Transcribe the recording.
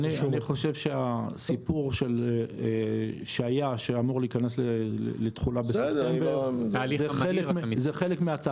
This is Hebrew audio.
אני חושב שהסיפור שהיה שאמור להיכנס לתחולה בספטמבר זה חלק מהתהליך,